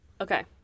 Okay